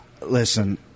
listen